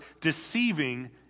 deceiving